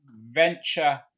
venture